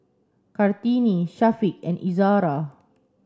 Kartini Syafiq and Izzara